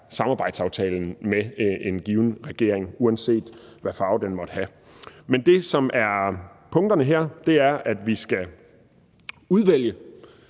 samarbejdsaftalen med en given regering, uanset hvad for en farve den måtte have. Men det, som er punkterne her, er, at vi i